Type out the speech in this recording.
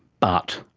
but,